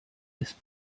ist